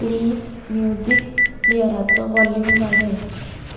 please music प्लेयराचो volume वाडय